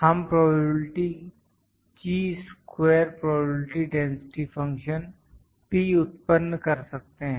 हम probability chi square probability density function P उत्पन्न कर सकते हैं